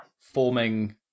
forming